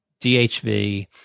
DHV